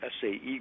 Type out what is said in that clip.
SAE